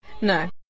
No